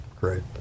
Great